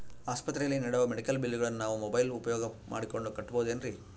ಆಸ್ಪತ್ರೆಯಲ್ಲಿ ನೇಡೋ ಮೆಡಿಕಲ್ ಬಿಲ್ಲುಗಳನ್ನು ನಾವು ಮೋಬ್ಯೆಲ್ ಉಪಯೋಗ ಮಾಡಿಕೊಂಡು ಕಟ್ಟಬಹುದೇನ್ರಿ?